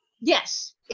Yes